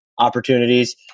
opportunities